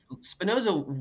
Spinoza